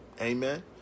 Amen